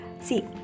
see